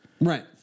right